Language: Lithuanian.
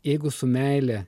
jeigu su meile